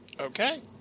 Okay